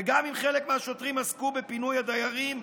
וגם אם חלק מהשוטרים עסקו בפינוי הדיירים,